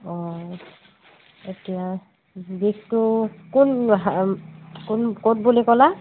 অঁ এতিয়া বিষটো কোন কোন ক'ত বুলি ক'লা